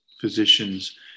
physicians